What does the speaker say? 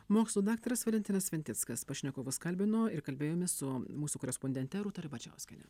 mokslų daktaras valentinas sventickas pašnekovus kalbino ir kalbėjomės su mūsų korespondente rūta ribačiauskienė